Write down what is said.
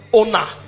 owner